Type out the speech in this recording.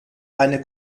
eine